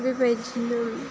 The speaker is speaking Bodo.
बेबायदिनो